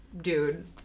dude